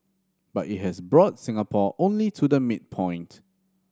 but it has brought Singapore only to the midpoint